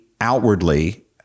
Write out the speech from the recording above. outwardly